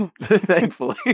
Thankfully